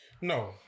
No